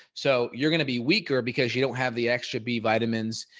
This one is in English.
so you're going to be weaker because you don't have the extra b vitamins,